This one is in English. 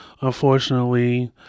unfortunately